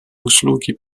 услуги